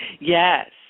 Yes